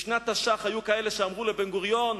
בשנת תש"ח היו כאלה שאמרו לבן-גוריון: